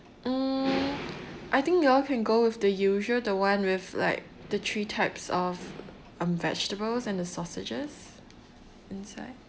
mm I think you all can go with the usual the one with like the three types of um vegetables and the sausages inside